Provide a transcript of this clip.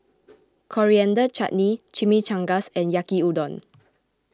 Coriander Chutney Chimichangas and Yaki Udon